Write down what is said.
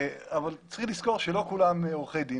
אבל צריך לזכור שלא כולם עורכי דין,